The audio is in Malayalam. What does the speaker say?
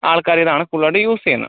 ആൾക്കാര് ഇതാണ് കൂടുതലായിട്ട് യൂസ് ചെയ്യുന്നത്